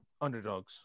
underdogs